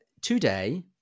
today